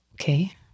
Okay